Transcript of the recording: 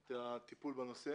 את הטיפול בנושא